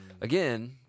again